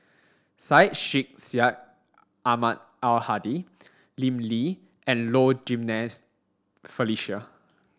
Syed Sheikh Syed Ahmad Al Hadi Lim Lee and Low Jimenez Felicia